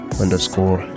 underscore